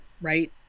right